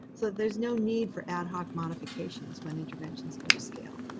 so there's no need for ad-hoc modifications when interventions go to scale.